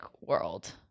world